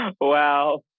Wow